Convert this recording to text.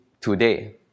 Today